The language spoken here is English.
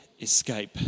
escape